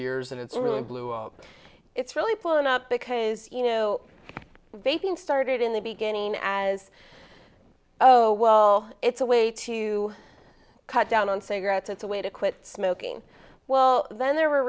years and it's really blue it's really blown up because you know they've been started in the beginning as oh well it's a way to cut down on cigarettes it's a way to quit smoking well then there were